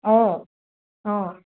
অঁ অঁ